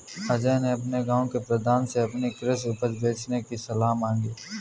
अजय ने अपने गांव के प्रधान से अपनी कृषि उपज बेचने की सलाह मांगी